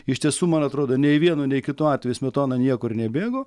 iš tiesų man atrodo nei vienu nei kitu atveju smetona niekur nebėgo